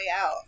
Out